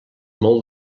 molt